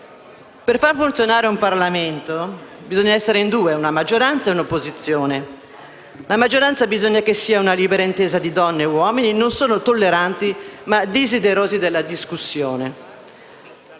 Per far funzionare un Parlamento, bisogna essere in due: una maggioranza e un'opposizione. Occorre che la maggioranza sia una libera intesa di donne e uomini non solo tolleranti, ma inclini alla discussione.